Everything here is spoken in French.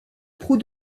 proue